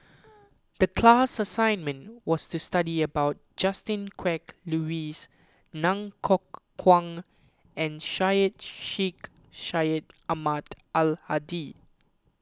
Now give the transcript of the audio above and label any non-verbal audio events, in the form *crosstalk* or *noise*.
*noise* the class assignment was to study about Justin Quek Louis Ng Kok Kwang and Syed Sheikh Syed Ahmad Al Hadi